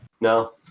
No